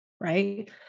right